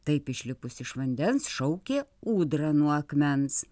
taip išlipus iš vandens šaukė ūdra nuo akmens